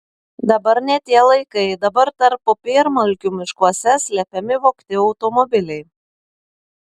dabar ne tie laikai dabar tarp popiermalkių miškuose slepiami vogti automobiliai